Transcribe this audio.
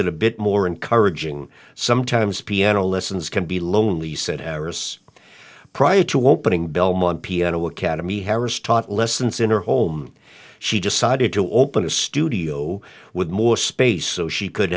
it a bit more encouraging sometimes piano lessons can be lonely said harris prior to opening belmont piano academy harris taught lessons in her home she decided to open a studio with more space so she could